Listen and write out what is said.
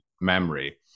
memory